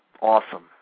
awesome